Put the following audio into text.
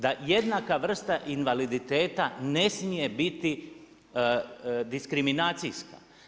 Da jednaka vrsta invaliditeta ne smije biti diskriminacijska.